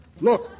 Look